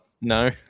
No